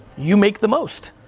you make the most